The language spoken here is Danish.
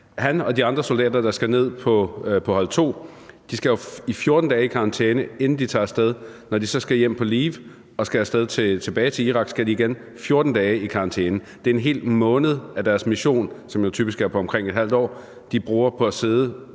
Han og de andre soldater, der skal ned på hold 2, skal 14 dage i karantæne, inden de tager af sted. Når de så skal hjem på leave og tilbage til Irak, skal de igen 14 dage i karantæne. Det er en hel måned af deres mission, som typisk er på omkring et halvt år, de bruger på at sidde